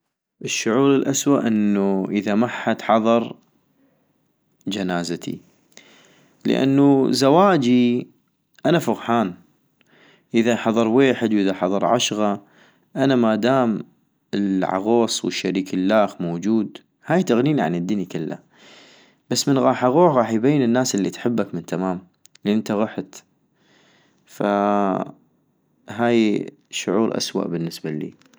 الشعور الاسوء اذا محد حضر جنازتي - لانو زواجي انا فغحان ، اذا حضر ويحد واذا حضر عشغة ، انا مادام العغوص و الشريك الخ موجود هاي تغنيني عن الدني كلا - بس من غاح اغوح غاح تبين الناس الي تحبك من تمام لان انت غحت - فااا هاي شعور اسوء بالنسبة الي